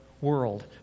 world